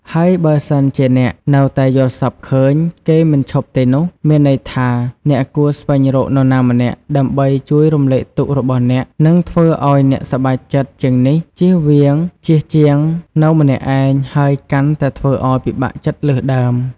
ហើយបើសិនជាអ្នក នៅតែយល់សប្តិឃើញ គេមិនឈប់ទេនោះ មានន័យថា អ្នកគួរស្វែងរកនរណាម្នាក់ ដើម្បីជួយរំលែកទុក្ខរបស់អ្នក និងធ្វើឲ្យអ្នកសប្បាយចិត្តជាងនេះ ជៀសជាងនៅម្នាក់ឯង ហើយកាន់តែធ្វើឲ្យពិបាកចិត្តលើសដើម។